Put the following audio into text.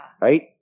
Right